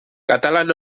katalan